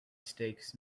stakes